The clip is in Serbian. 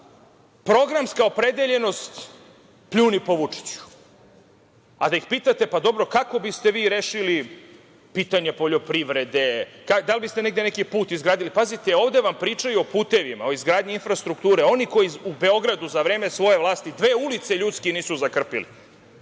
programska opredeljenost – pljuni po Vučiću. A da ih pitate – pa, dobro, kako biste vi rešili pitanje poljoprivrede, da li biste negde neki put izgradili, pazite, ovde vam pričaju o putevima, o izgradnji infrastrukture, oni koji u Beogradu za vreme svoje vlasti dve ulice ljudski nisu zakrpili!